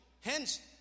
Hence